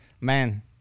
Man